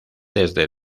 desde